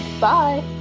Bye